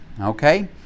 Okay